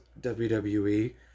WWE